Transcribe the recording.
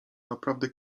naprawdę